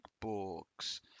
books